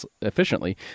efficiently